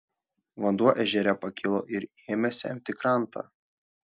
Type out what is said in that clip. vanduo ežere pakilo ir ėmė semti krantą